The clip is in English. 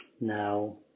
Now